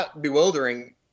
bewildering